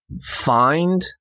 find